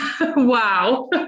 Wow